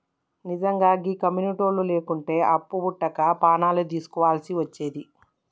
నిజ్జంగా గీ కమ్యునిటోళ్లు లేకుంటే అప్పు వుట్టక పానాలు దీస్కోవల్సి వచ్చేది